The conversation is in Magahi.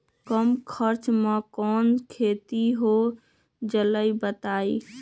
कम खर्च म कौन खेती हो जलई बताई?